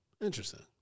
Interesting